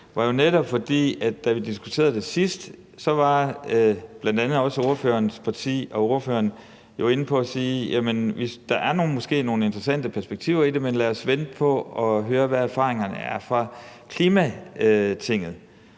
da vi diskuterede det sidst, var bl.a. ordførerens parti og ordføreren inde på at sige: Der er måske nogle interessante perspektiver i det, men lad os vente på at høre, hvad erfaringerne er fra klimaborgertinget.